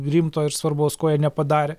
rimto ir svarbaus ko jie nepadarė